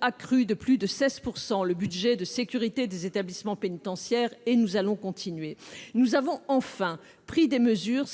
accru de plus de 16 % le budget de sécurité des établissements pénitentiaires. Là encore, nous allons continuer. Enfin, nous avons pris des mesures